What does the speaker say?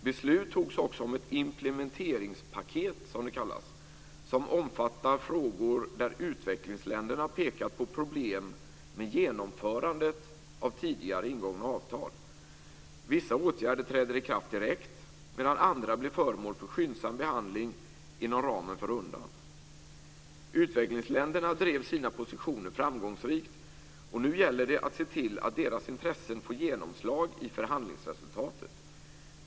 Beslut fattades också om ett implementeringspaket, som det kallas, som omfattar frågor där utvecklingsländerna pekat på problem med genomförandet av tidigare ingångna avtal. Vissa åtgärder träder i kraft direkt medan andra blir föremål för skyndsam behandling inom ramen för rundan. Utvecklingsländerna drev sina positioner framgångsrikt, och nu gäller det att se till att deras intressen får genomslag i förhandlingsresultatet.